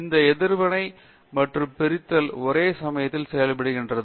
இங்கு எதிர்வினை மற்றும் பிரித்தல் ஒரே சமையத்தில் செய்யபடுகிறது